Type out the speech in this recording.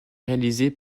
réalisé